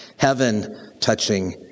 heaven-touching